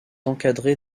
encadrée